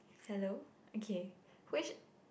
hello okay which